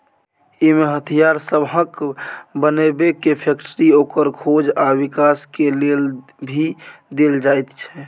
इमे हथियार सबहक बनेबे के फैक्टरी, ओकर खोज आ विकास के लेल भी देल जाइत छै